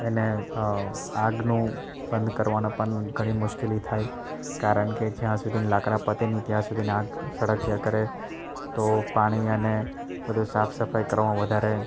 એને આગનું બંધ કરવાના પણ ઘણી મુશ્કેલી થાય કારણ કે જ્યાં સુધી લાકડાં પતે નહીં ત્યાં સુધી આગ સળગ્યાં કરે તો પાણી અને બધું સાફ સફાઈ કરવામાં વધારે